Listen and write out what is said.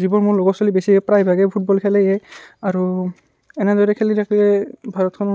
যিবোৰ মোৰ লগৰ চ'লি বেছি প্ৰায়ভাগেই ফুটবল খেলেয়েই আৰু এনেদৰে খেলি থাকিলে ভাৰতখন